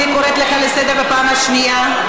אני קוראת אותך לסדר פעם שנייה.